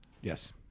Yes